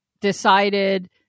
decided